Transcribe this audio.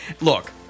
Look